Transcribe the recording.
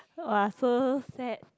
!wah! so sad